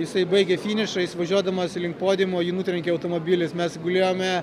jisai baigė finišą jis važiuodamas link podiumo jį nutrenkė automobilis mes gulėjome